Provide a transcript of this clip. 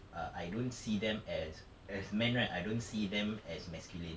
err I don't see them as as men right I don't see them as masculine